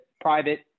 private